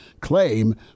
claim